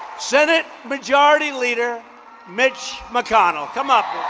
senate majority leader mitch mcconnell. come up,